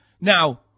Now